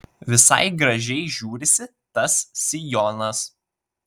visai gražiai žiūrisi tas sijonas